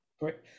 Right